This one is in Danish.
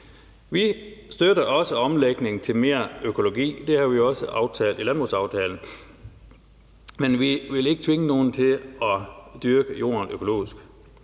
Vi støtter også omlægning til mere økologi – det har vi også aftalt i landbrugsaftalen – men vi vil ikke tvinge nogen til at dyrke jorden økologisk.